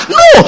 no